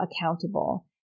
accountable